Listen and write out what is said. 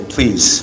Please